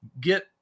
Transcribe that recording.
get